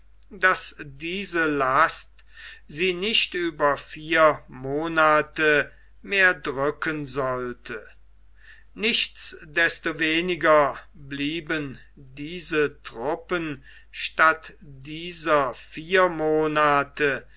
daß diese last sie nicht über vier monde mehr drücken sollte nichts desto weniger blieben diese truppen statt dieser vier monate